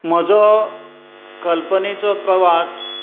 म्हजो कल्पनेचो प्रवास